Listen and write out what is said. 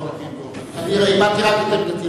אני הבעתי רק את עמדתי,